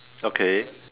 okay